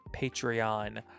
patreon